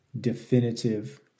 definitive